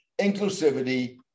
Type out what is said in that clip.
inclusivity